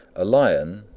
a lion,